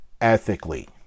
ethically